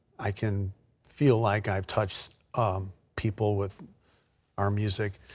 i can feel like i've touched people with our music.